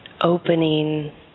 opening